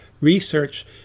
research